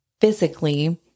physically